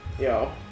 Yo